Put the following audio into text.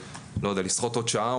ולשחות עוד שעה,